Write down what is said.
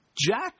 Jack